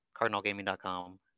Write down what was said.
cardinalgaming.com